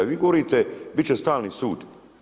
Vi govorite, bit će stalni sud.